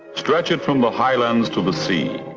stretch it from the highlands to the sea.